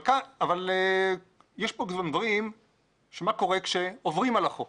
אבל יש פה גם דברים שמה קורה כשעוברים על החוק